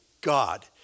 God